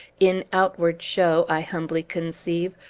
in outward show, i humbly conceive,